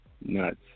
Nuts